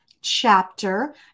chapter